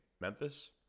Memphis